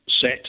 set